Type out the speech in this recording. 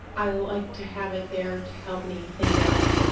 i like to have it there to help me think of,